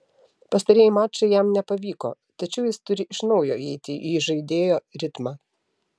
pastarieji mačai jam nepavyko tačiau jis turi iš naujo įeiti į įžaidėjo ritmą